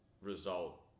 result